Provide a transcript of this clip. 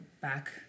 back